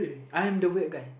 I am the weird guy